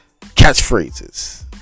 catchphrases